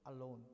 alone